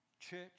Church